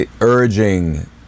urging